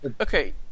Okay